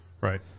Right